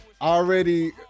Already